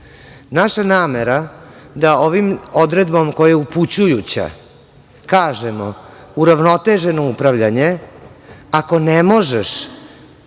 namera da ovom odredbom, koja je upućujuća, kažemo uravnoteženo upravljanje, ako ne možeš,